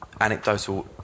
anecdotal